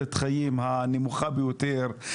תוחלת החיים שלהם היא הנמוכה ביותר,